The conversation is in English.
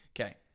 Okay